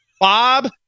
Bob